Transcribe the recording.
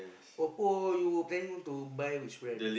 Oppo you planning to buy which brand